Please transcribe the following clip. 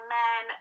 men